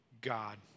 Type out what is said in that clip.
God